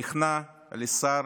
נכנע לשר